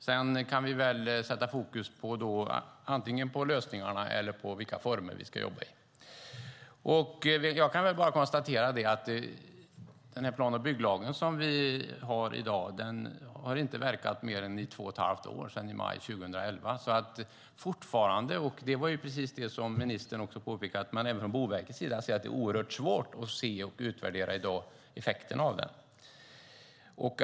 Sedan kan vi sätta fokus antingen på lösningarna eller på vilka former vi ska jobba under. Jag kan bara konstatera att den plan och bygglag som vi har i dag inte har verkat i mer än 2 1⁄2 år, sedan maj 2011.